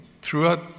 Throughout